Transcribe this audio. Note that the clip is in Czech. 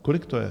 Kolik to je?